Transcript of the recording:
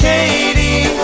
Katie